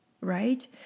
right